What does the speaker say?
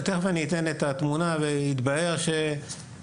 אני תכף אתן התמונה ואפשר להגיד שיתבהר שיש